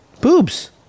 Boobs